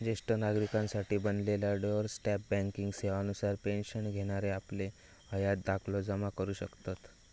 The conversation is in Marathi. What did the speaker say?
ज्येष्ठ नागरिकांसाठी बनलेल्या डोअर स्टेप बँकिंग सेवा नुसार पेन्शन घेणारे आपलं हयात दाखलो जमा करू शकतत